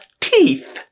teeth